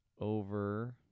over